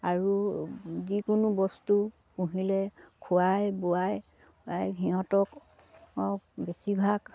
আৰু যিকোনো বস্তু পুহিলে খোৱাই বোৱাই সিহঁতকক বেছিভাগ